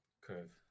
curve